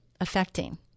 affecting